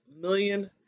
million